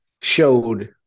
showed